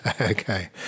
Okay